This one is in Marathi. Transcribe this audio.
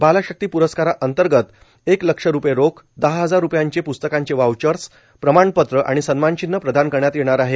बाल शक्ति प्रस्कारा अंतर्गत एक लक्ष रूपये रोख दहा हजार रूपयांचे पुस्तकांचे वाउचर्स प्रमाणपत्र आणि सन्मान चिन्ह प्रदान करण्यात येणार आहे